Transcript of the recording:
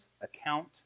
account